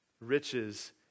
Riches